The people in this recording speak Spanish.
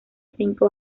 cinco